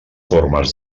formes